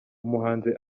umuhanzi